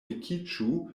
vekiĝu